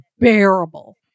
unbearable